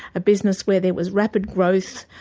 a business where there was rapid growth,